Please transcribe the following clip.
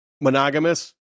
Monogamous